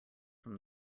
from